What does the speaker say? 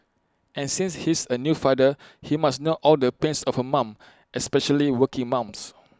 and since he's A new father he must know all the pains of A mum especially working mums